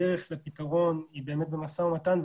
הדרך לפתרון היא באמת במשא ומתן,